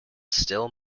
still